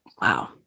Wow